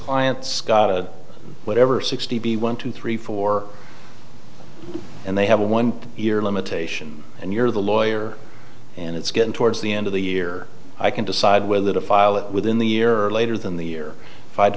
scott whatever sixty one two three four and they have a one year limitation and you're the lawyer and it's getting towards the end of the year i can decide whether to file it within the year or later than the year